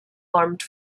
armored